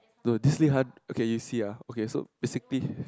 no this Li-Han okay you see ah okay so basically